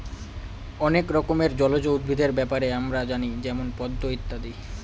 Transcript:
অনেক রকমের জলজ উদ্ভিদের ব্যাপারে আমরা জানি যেমন পদ্ম ইত্যাদি